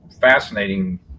fascinating